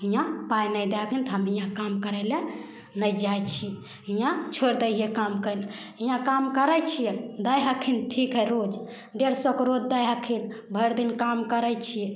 हिआँ पाइ नहि दै हखिन हम हिआँ काम करैलए नहि जाइ छी हिआँ छोड़ि दै हिए काम केनाइ हिआँ काम करै छिए दै हखिन ठीक हइ रोज डेढ़ सओके रोज दै हखिन भरिदिन काम करै छिए